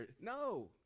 no